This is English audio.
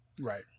Right